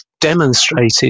demonstrated